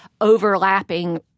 overlapping